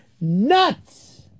nuts